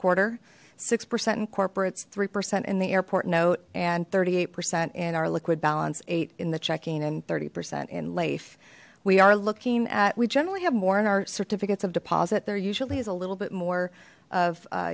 quarter six percent in corporates three percent in the airport note and thirty eight percent in our liquid balance eight in the checking and thirty percent in late we are looking at we generally have more on our certificates of deposit there usually is a little bit more of